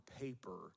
paper